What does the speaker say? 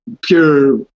pure